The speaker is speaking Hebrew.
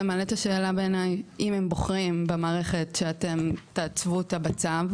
זה בעיניי מעלה את השאלה אם הם בוחרים במערכת שאתם תעצבו אותה בצו,